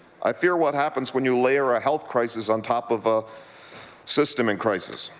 i fear what happens when you layer a health crisis on top of a system in crisis.